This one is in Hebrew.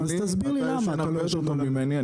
אתה ישן הרבה יותר טוב ממני,